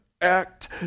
act